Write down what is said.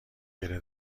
گـره